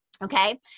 Okay